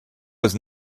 was